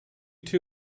two